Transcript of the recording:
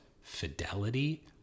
fidelity